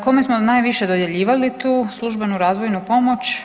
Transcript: Kome smo najviše dodjeljivali tu službenu razvojnu pomoć?